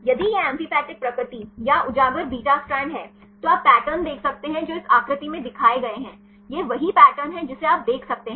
यदि यह एम्फीपैथिक प्रकृति या उजागर बीटा स्ट्रैंड है तो आप पैटर्न देख सकते हैं जो इस आकृति में दिखाए गए हैं यह वही पैटर्न है जिसे आप देख सकते हैं